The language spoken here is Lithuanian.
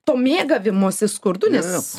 to mėgavimosi skurdu nes